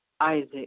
Isaac